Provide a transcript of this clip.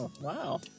Wow